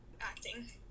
acting